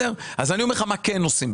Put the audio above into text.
אני אומר לך מה כן עושים.